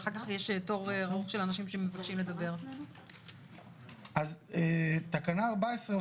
14. תקנה 14,